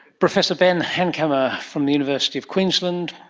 professor ben hankamer from the university of queensland,